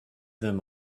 them